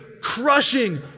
crushing